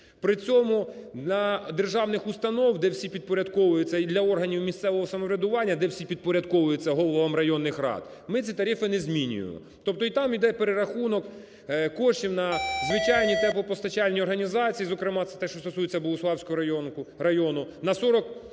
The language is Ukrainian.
при цьому для державних установ, де всі підпорядковуються, і для органів місцевого самоврядування, де всі підпорядковуються головам районних рад, ми ці тарифи не змінюємо. Тобто і там іде перерахунок коштів на звичайні теплопостачальні організації, зокрема це те, що стосується Богуславського району на 40…